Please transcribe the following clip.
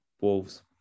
Wolves